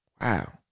Wow